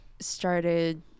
started